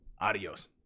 Adios